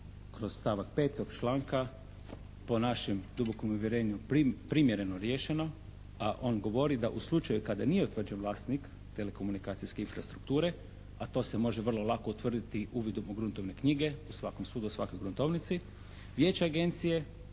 kroz stavak 5. tog članka po našem dubokom uvjerenju primjereno riješeno, a on govori da u slučaju kada nije utvrđen vlasnik telekomunikacijske infrastrukture, a to se može vrlo lako utvrditi uvidom u gruntovne knjige u svakom sudu, u svakoj gruntovnici, vijeće agencije